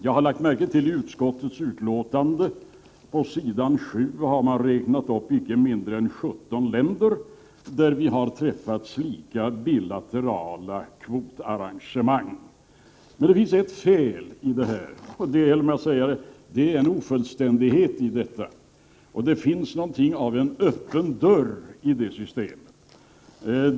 Jag har lagt märke till att utskottet på s. 7 i sitt betänkande räknat upp icke mindre än 17 länder, med vilka vi träffat slika bilaterala kvotarrangemang. Men det finns ett fel i detta eller rättare sagt en ofullständighet. Det finns någonting av en öppen dörr i det systemet.